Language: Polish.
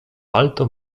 palto